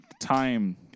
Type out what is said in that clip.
time